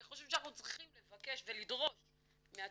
אני חושבת שאנחנו צריכים לבקש ולדרוש מהצבא